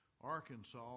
Arkansas